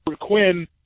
Quinn